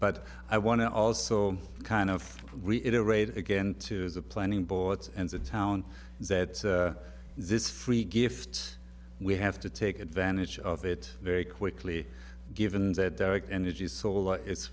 but i want to also kind of reiterate again to the planning board and the town that this free gift we have to take advantage of it very quickly given that energy so it's